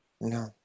no